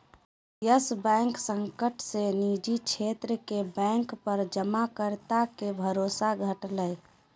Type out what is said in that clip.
yes Bank संकट से निजी क्षेत्र के बैंक पर जमाकर्ता के भरोसा घटलय